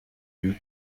diou